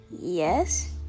Yes